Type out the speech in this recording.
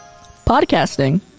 Podcasting